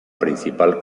principal